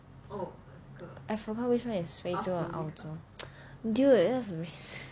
oh I forgot which is 非洲 or 澳洲 dude that's a miss